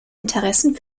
interessen